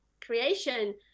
creation